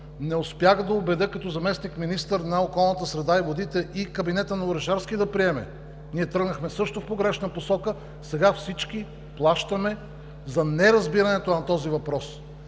не успях да убедя като заместник-министър на околната среда и водите и кабинета на Орешарски да приеме. Ние тръгнахме също в погрешна посока, сега всички плащаме за неразбирането на този въпрос.